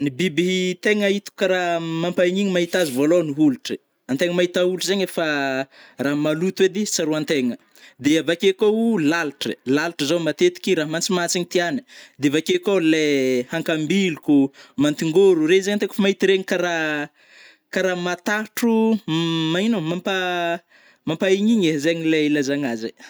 Ny biby tegna itako karaha mampahigny mahita azy vôlohany olotro, antegna maita olotro zegny efa rano maloto edy tsaroantegna, de avake koa o lalitra, lalitra zao matetiky raha mantsimantsigny tiagny, de avake kô le hakambilokô, mantingôro, regny zany tiako fa mahita regny karaha karaha matahotro magnino mampa mampahignigny ai, zegny le ilazagna azy ai.